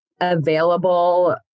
available